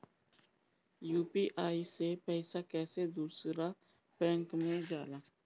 UPI से पैसा कैसे दूसरा बैंक मे जाला?